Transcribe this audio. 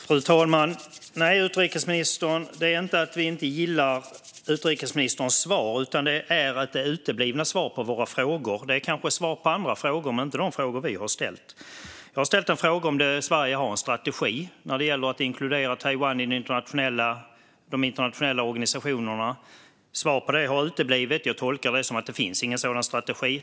Fru talman! Nej, utrikesministern, detta beror inte på att vi inte gillar utrikesministerns svar utan på att svaren på våra frågor uteblir. Det är kanske svar på andra frågor men inte på de frågor som vi har ställt. Jag har ställt frågan om Sverige har en strategi när det gäller att inkludera Taiwan i de internationella organisationerna. Svaret på den har uteblivet. Jag tolkar det som att det inte finns någon sådan strategi.